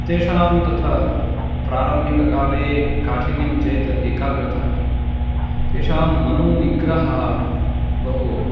तेषां तत्र प्रारम्भिककाले काठिन्यं चेत् एकाग्रता एव तेषां मनोनिग्रहः बहु